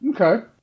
Okay